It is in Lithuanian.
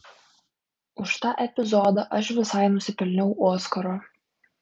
už tą epizodą aš visai nusipelniau oskaro